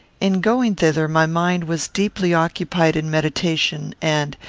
in going thither my mind was deeply occupied in meditation and,